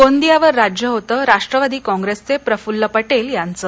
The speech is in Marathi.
गोंदियावर राज्य होतं राष्ट्वादी कॉप्रेसचे प्रफुल्ल पटेल यांचं